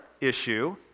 issue